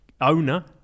owner